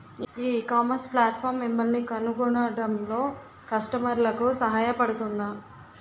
ఈ ecommerce platform మిమ్మల్ని కనుగొనడంలో కస్టమర్లకు సహాయపడుతుందా?